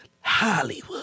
Hollywood